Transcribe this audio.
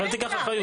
אל תיקח אחריות.